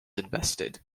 invested